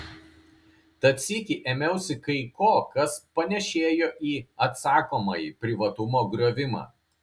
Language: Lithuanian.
tad sykį ėmiausi kai ko kas panėšėjo į atsakomąjį privatumo griovimą